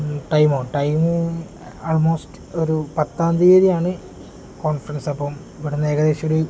ടൈമും time almost ഒരു പത്താം തീയ്യതിയാണ് കോൺഫറൻസ് അപ്പം ഇവിടെ നിന്ന് ഏകദേശം ഒരു